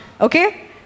Okay